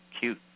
cute